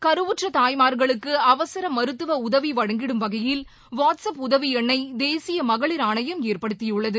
கருவுற்றதாய்மார்களுக்குஅவசரமருத்துவஉதவிவழங்கிடும் வகையில் WhatsApp உதவிஎண்ணைதேசியமகளிர் ஆணையம் ஏற்படுத்தியுள்ளது